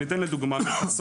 אתן דוגמה, מכסות.